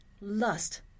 lust